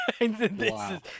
Wow